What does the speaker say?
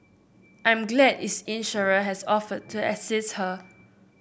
I'm glad its insurer has offered to assist her